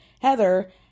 Heather